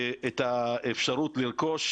את האפשרות לרכוש